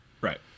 Right